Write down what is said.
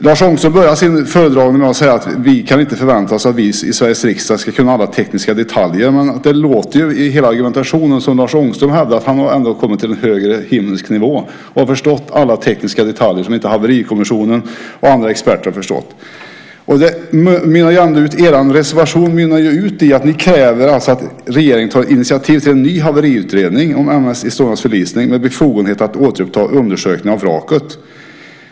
Lars Ångström började sitt anförande med att säga att vi inte kan förvänta oss att vi i Sveriges riksdag ska känna till alla tekniska detaljer, men i hela argumentationen låter det ändå som att Lars Ångström har kommit till en högre himmelsk nivå och har förstått alla tekniska detaljer som inte Haverikommissionen och andra experter har förstått. Er reservation mynnar ut i att ni kräver att regeringen tar initiativ till en ny haveriutredning om M/S Estonias förlisning med befogenhet att återuppta undersökningar av vraket.